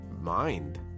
mind